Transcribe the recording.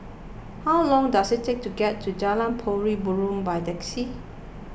how long does it take to get to Jalan Pari Burong by taxi